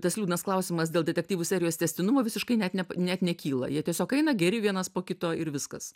tas liūdnas klausimas dėl detektyvų serijos tęstinumo visiškai net ne net nekyla jie tiesiog eina geri vienas po kito ir viskas